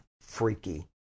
freaky